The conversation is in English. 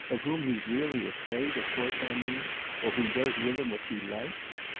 of whom he's really afraid of course i mean or who does with him what she likes.